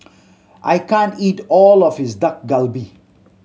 I can't eat all of is Dak Galbi